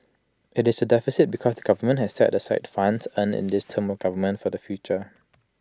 IT is A deficit because the government has set aside funds earned in this term of government for the future